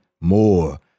more